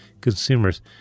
consumers